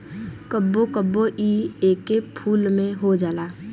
कबो कबो इ एके फूल में हो जाला